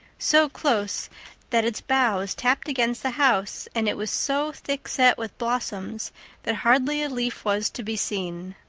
so close that its boughs tapped against the house, and it was so thick-set with blossoms that hardly a leaf was to be seen.